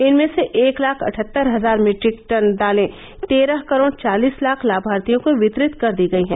इनमें से एक लाख अठहत्तर हजार मिट्रिक टन दालें तेरह करोड चालीस लाख लामार्थियों को वितरित कर दी गई है